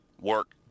work